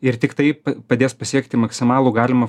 ir tik tai pa padės pasiekti maksimalų galimą